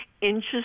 Interest